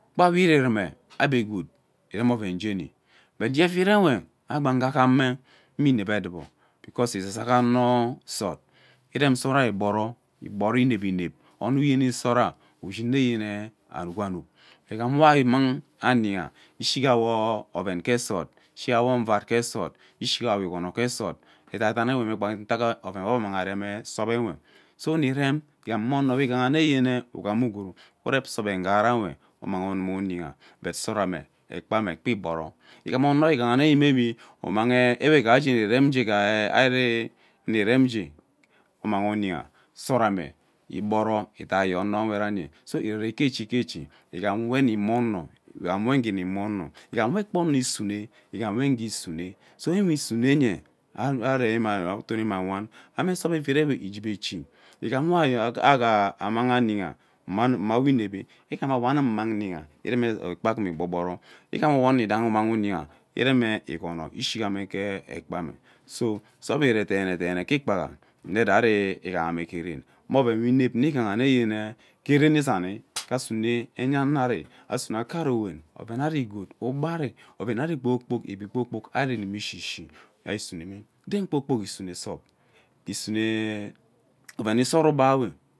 Kpa we eueume ebe gwood irem odom jeni but ge erid uwe agbagegame mme inevi edubo because izaza ano sot irem sora igboro igboro inep inep ono sora ushi nneyene anuk anuk igham we ari immang ayiha ishiga wo oven ge sor ishiga nvat ge sot ishiga wo igono ge sor edaidane me ntat oven we ebe amanghi ari soap uwe so nne rem igham ma ono we igha yene ugham ugwurerep soap ughara we immaagh unumu uyinha but sora ekpame kpe igboro igham ono we may be immang ee ewe ighaha igee nni irem aghi ari mmi rem uge uma oyiha igboro edai ye ono we rai nye so irere ke chi ke chi igham we wma ono igham we igegehima igham we ekpa ono isune igham we igenesune so ewe isuneye atonime awan ame soap evid ewe igebe echi igham we agha amang ayiha ma owo inevi igham we aghaa mmang nyiha irem ekpa aghum igboro igham we onodniahi immang yiha ishiga me ikono ishigame ge ekpame so soap ire deene ge ikpaiha nne sari ighama ge rem me oven we inep nne ighaha nne ke ren izani asume enya ano ari asume akarowen oven ari gwood ugba ari oven ari kpoo kpok egbi kpoo kpok inimi shishi ari isuneme den kpoo kpok isune soap isumeee oven isoro ijgba ew.